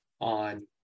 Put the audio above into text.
on